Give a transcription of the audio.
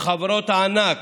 לחברות הענק,